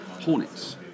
Hornets